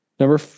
Number